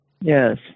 Yes